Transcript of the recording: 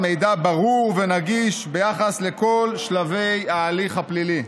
מידע ברור ונגיש ביחס לכל שלבי ההליך הפלילי.